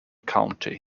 county